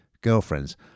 girlfriends